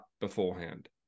beforehand